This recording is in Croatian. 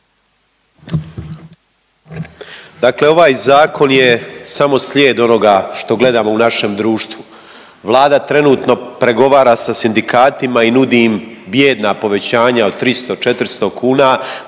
Dakle, ovaj zakon je samo slijed onoga što gledamo u našem društvu. Vlada trenutno pregovara sa sindikatima i nudi im bijedna povećanja od 300, 400 kuna